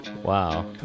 Wow